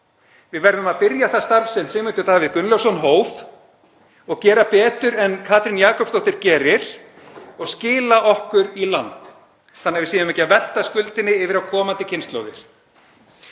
Við verðum að byrja það starf sem Sigmundur Davíð Gunnlaugsson hóf og gera betur en Katrín Jakobsdóttir gerir og skila okkur í land þannig að við séum ekki að velta skuldinni yfir á komandi kynslóðir.